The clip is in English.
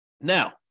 Now